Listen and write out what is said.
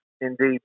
indeed